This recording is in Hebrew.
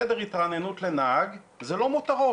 חדר התרעננות לנהג זה לא מותרות.